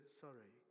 sorry